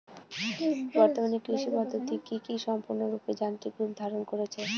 বর্তমানে কৃষি পদ্ধতি কি সম্পূর্ণরূপে যান্ত্রিক রূপ ধারণ করেছে?